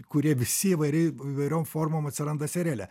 kurie visi įvairiai įvairiom formom atsiranda seriale